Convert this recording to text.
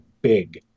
big